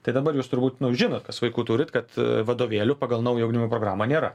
tai dabar jūs turbūt žinot kas vaikų turit kad vadovėlių pagal naują ugdymo programą nėra